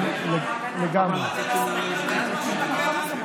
אהה, לא, זה בסדר?